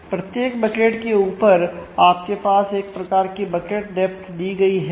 प्रत्येक बकेट के ऊपर आपके पास एक प्रकार की बकेट डेप्थ दी गई है